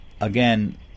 again